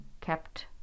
kept